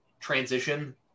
transition